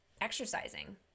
exercising